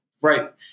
right